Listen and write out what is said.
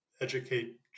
educate